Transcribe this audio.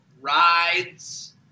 rides